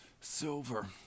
silver